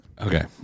Okay